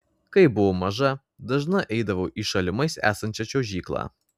kai buvau maža dažnai eidavau į šalimais esančią čiuožyklą